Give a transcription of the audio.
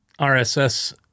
RSS